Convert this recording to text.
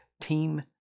team